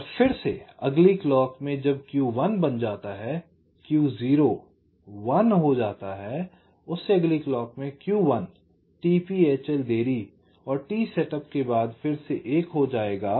और फिर से अगली क्लॉक में जब Q1 बन जाता है Q0 1 हो जाता है उससे अगली क्लॉक में Q1 t p hl देरी और t setup के बाद फिर से 1 हो जाएगा